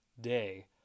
day